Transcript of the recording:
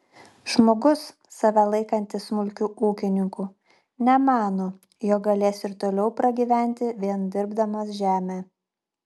žmogus save laikantis smulkiu ūkininku nemano jog galės ir toliau pragyventi vien dirbdamas žemę